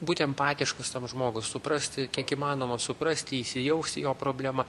būt empatiškus tam žmogui suprasti kiek įmanoma suprasti įsijaust į jo problemą